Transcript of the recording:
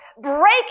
break